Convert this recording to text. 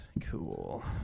cool